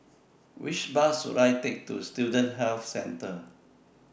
Which Bus should I Take to Student Health Centre